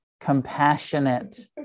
compassionate